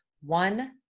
one